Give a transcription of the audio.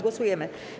Głosujemy.